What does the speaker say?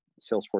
Salesforce